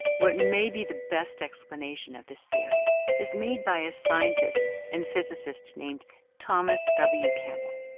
what may be the best explanation of this theory is made by a scientist and physicist named thomas w campbell.